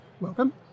Welcome